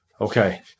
Okay